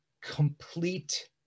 complete